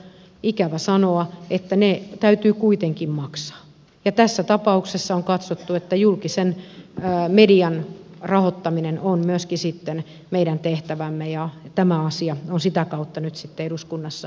ikävä sanoa että ne täytyy kuitenkin maksaa ja tässä tapauksessa on katsottu että myöskin julkisen median rahoittaminen on meidän tehtävämme ja tämä asia on sitä kautta nyt sitten eduskunnassa esillä